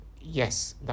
Yes